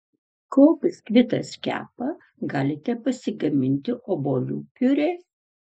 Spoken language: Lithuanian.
kol biskvitas kepa galite pasigaminti obuolių piurė